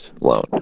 loan